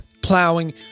plowing